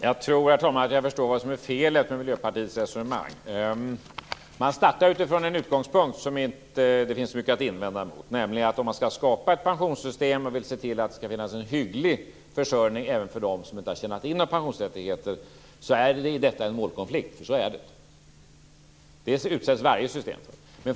Herr talman! Jag tror att jag förstår vad som är felet med Miljöpartiets resonemang. Man startar från en utgångspunkt som det inte finns mycket att invända mot. Den innebär att om man skall skapa ett pensionssystem och vill se till att det skall finnas en hygglig försörjning även för dem som inte har tjänat in några pensionsrättigheter ligger i detta en målkonflikt. Så är det. Det utsätts varje system för.